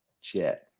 chat